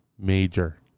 Major